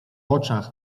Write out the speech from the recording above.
oczach